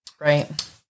Right